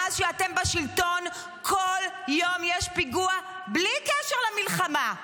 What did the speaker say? מאז שאתם בשלטון כל יום יש פיגוע, בלי קשר למלחמה.